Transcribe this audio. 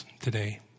today